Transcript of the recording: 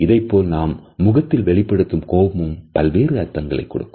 இதைப்போல் நாம் முகத்தில் வெளிப்படுத்தும் கோபமும் பல்வேறு அர்த்தங்களை கொடுக்கும்